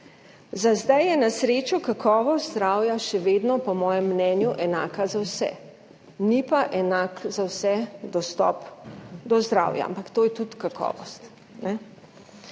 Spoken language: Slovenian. Za zdaj je, na srečo, kakovost zdravja še vedno po mojem mnenju enaka za vse, ni pa enak za vse dostop do zdravja, ampak to je tudi kakovost.